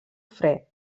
fre